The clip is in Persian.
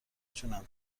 جونم